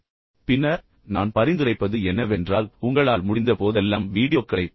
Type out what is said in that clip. பின்னர் நான் பரிந்துரைப்பது என்னவென்றால் உங்களால் முடிந்த போதெல்லாம் வீடியோக்களைப் பார்க்கலாம்